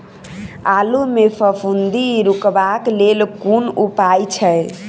आलु मे फफूंदी रुकबाक हेतु कुन उपाय छै?